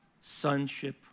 sonship